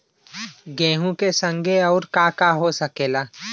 गेहूँ के संगे आऊर का का हो सकेला?